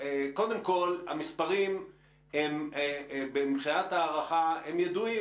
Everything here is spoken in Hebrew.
המספרים הם ידועים,